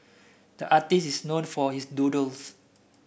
the artist is known for his doodles